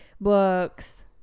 books